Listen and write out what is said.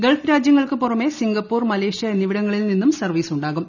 Gulf രാജ്യങ്ങൾക്കു പുറമേ Singapore Malaysia എന്നിവിടങ്ങളിൽ നിന്നും സർവീസ് ഉണ്ടാകും